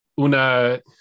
una